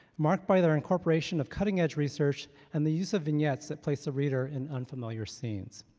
marked by their incorporation of cutting-edge research and the use of vignettes that place the reader in unfamiliar scenes.